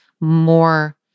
more